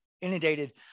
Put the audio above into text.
inundated